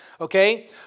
Okay